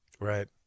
Right